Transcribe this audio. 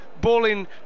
bowling